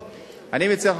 אני מציע לך,